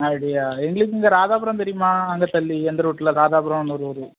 அப்படியா எங்களுக்கு இங்கே ராதாபுரம் தெரியுமா அந்த தள்ளி அந்த ரோட்டில் ராதாபுரம்னு ஒரு ஊர்